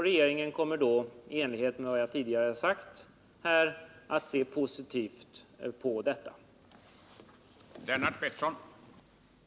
Regeringen kommer då i enlighet med vad jag tidigare sagt här att se positivt på detta projekt.